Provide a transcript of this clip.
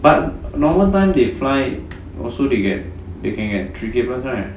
but normal time they fly also they get they can get three K plus right